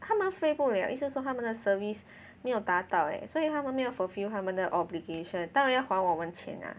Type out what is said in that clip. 他们飞不了医生说他们的 service 没有达到 eh 所以他们没有 fulfill 他们的 obligation 当然要还我们钱 lah